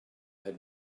had